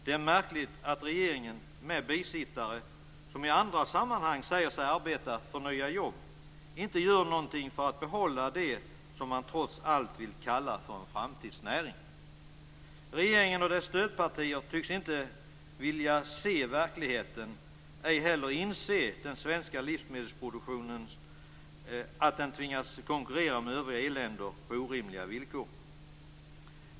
Det är märkligt att regeringen med bisittare som i andra sammanhang säger sig arbeta för nya jobb inte gör något för att behålla det som man trots allt vill kalla för en framtidsnäring. Regeringen och dess stödpartier tycks inte vilja se verkligheten och ej heller inse att den svenska livsmedelsproduktionen tvingas konkurrera med övriga EU-länders på orimliga villkor.